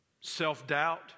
self-doubt